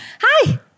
hi